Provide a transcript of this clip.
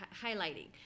highlighting